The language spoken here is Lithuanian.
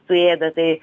suėda tai